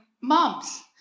moms